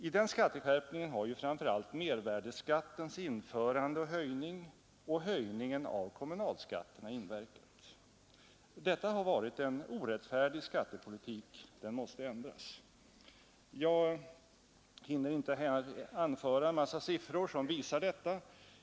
I den skatteskärpningen har framför allt mervärdeskattens införande och höjning samt höjningen av kommunalskatterna inverkat. Detta har varit en orättfärdig skattepolitik — den måste ändras. Jag hinner inte i anförandet ge en massa siffror om denna utveckling.